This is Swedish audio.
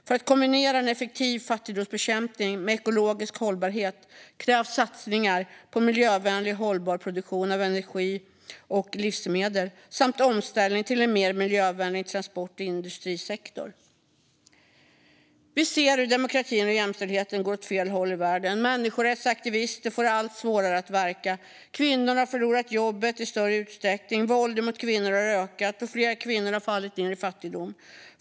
För att kombinera effektiv fattigdomsbekämpning med ekologisk hållbarhet krävs satsningar på miljövänlig och hållbar produktion av energi och livsmedel samt omställning till en mer miljövänlig transport och industrisektor. Vi ser hur demokratin och jämställdheten går åt fel håll i världen. Människorättsaktivister får allt svårare att verka. Kvinnor har förlorat jobbet i större utsträckning, våldet mot kvinnor har ökat och fler kvinnor har fallit ned i fattigdom.